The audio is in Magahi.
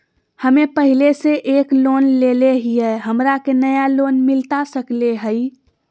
हमे पहले से एक लोन लेले हियई, हमरा के नया लोन मिलता सकले हई?